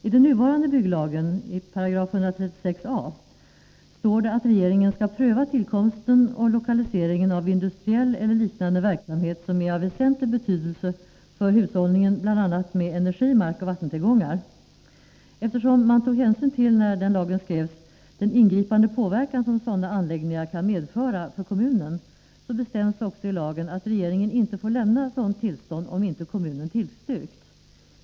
I den nuvarande byggnadslagens 136 a § står det att regeringen skall pröva tillkomsten och lokaliseringen av industriell eller liknande verksamhet som är av väsentlig betydelse för hushållningen med bl.a. energi, markoch vattentillgångar. Eftersom man när denna lag skrevs tog hänsyn till den ingripande påverkan som sådana anläggningar kan medföra för kommunen bestäms också i lagen att regeringen inte får lämna sådant tillstånd om inte kommunen tillstyrkt.